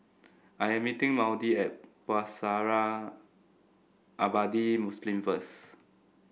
I am meeting Maudie at Pusara Abadi Muslim first